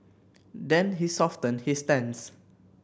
then he softened his stance